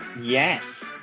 Yes